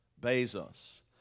Bezos